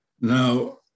Now